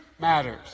matters